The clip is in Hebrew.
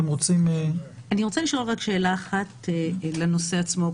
אני רוצה רק לשאול שאלה אחת לנושא עצמו.